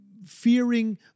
fearing